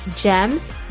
gems